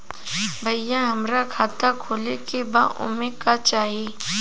भईया हमार खाता खोले के बा ओमे का चाही?